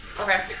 okay